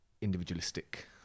individualistic